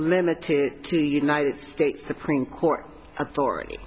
limited to the united states supreme court authority